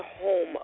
home